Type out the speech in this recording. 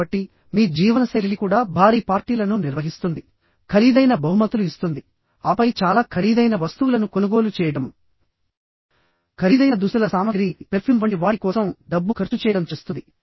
కాబట్టి మీ జీవనశైలి కూడా భారీ పార్టీలను నిర్వహిస్తుంది ఖరీదైన బహుమతులు ఇస్తుంది ఆపై చాలా ఖరీదైన వస్తువులను కొనుగోలు చేయడం ఖరీదైన దుస్తుల సామగ్రి పెర్ఫ్యూమ్ వంటి వాటి కోసం డబ్బు ఖర్చు చేయడం చేస్తుంది